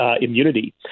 immunity